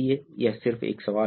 किया जाना है